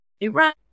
Iran